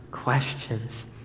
questions